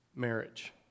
Marriage